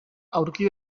aurki